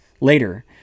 Later